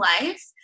life